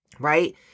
right